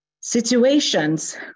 situations